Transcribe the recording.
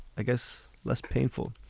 i guess, less painful